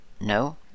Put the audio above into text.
No